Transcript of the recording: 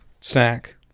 snack